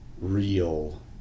real